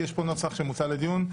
יש פה נוסח שמוצע לדיון.